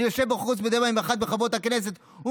אני יושב בחוץ ומדבר עם אחת מחברות הכנסת: נו,